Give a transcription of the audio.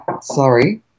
Sorry